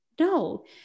No